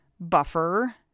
Buffer